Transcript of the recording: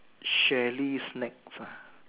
shally snacks ah